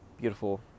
Beautiful